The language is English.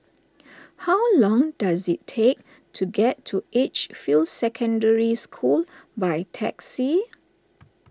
how long does it take to get to Edgefield Secondary School by taxi